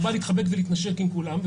הוא בא להתחבק ולהתנשק עם כולם,